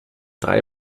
drei